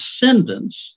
descendants